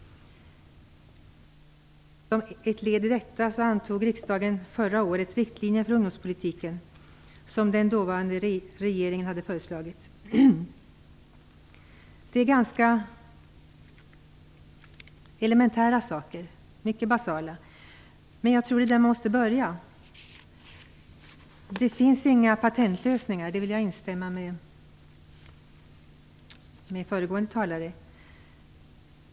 Som ett led i detta antog riksdagen förra året riktlinjer för ungdomspolitiken som den dåvarande regeringen hade föreslagit. Det är ganska elementära saker, mycket basala. Men jag tror att det är där vi måste börja. Det finns inga patentlösningar. Där vill jag instämma med föregående talare.